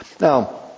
Now